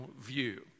view